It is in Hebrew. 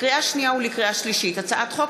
לקריאה שנייה ולקריאה שלישית: הצעת חוק